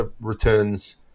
returns